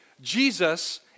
Jesus